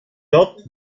dort